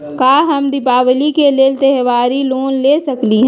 का हम दीपावली के लेल त्योहारी लोन ले सकई?